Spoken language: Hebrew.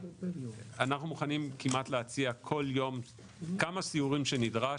אנחנו מוכנים כמעט להציע כל יום כמה סיורים שנדרש,